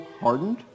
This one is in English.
hardened